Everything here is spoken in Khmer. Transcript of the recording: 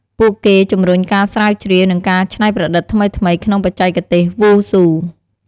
ពួកគេជំរុញការស្រាវជ្រាវ និងការច្នៃប្រឌិតថ្មីៗក្នុងបច្ចេកទេសវ៉ូស៊ូ។